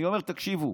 אני אומר: תקשיבו,